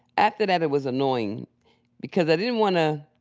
after that it was annoying because i didn't wanna